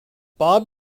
bob